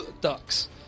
ducks